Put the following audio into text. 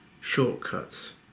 shortcuts